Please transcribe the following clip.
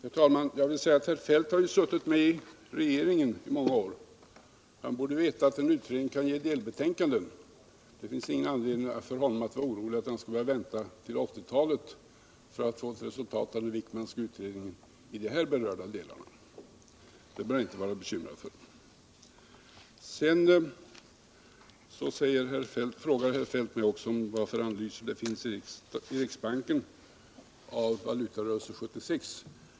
Herr talman! Herr Feldt har ju i många år suttit med i regeringen. Han borde veta att en utredning kan avge delbetänkanden. Det finns ingen anledning för honom att vara orolig över att han skall behöva vänta till 1980 talet för ati få fram ett resultat av den Wickmanska utredningen i de här berörda delarna. Det behöver herr Feldt inte vara bekymrad för. Sedan frågar herr Feldt mig också om det i riksbanken finns några analyser av valutarörelserna sommaren 1977.